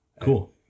Cool